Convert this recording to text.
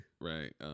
Right